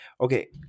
okay